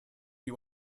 you